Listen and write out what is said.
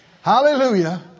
hallelujah